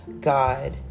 God